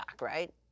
right